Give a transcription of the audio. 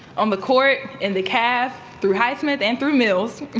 on the court, in the cafe, through highsmith and through mills,